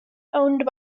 owned